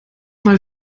mal